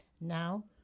Now